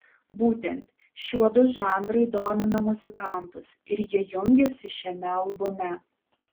būtent šiuodu žanrai domina muzikantus ir jie jungiasi šiame albume